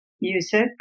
music